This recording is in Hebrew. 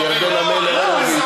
על ירדנה מלר-הורוביץ.